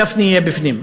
גפני יהיה בפנים,